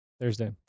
Thursday